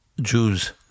Jews